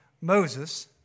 Moses